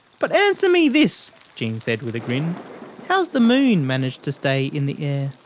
but answer me this jean said with a grin how does the moon manage to stay in the air?